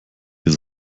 ihr